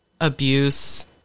abuse